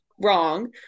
wrong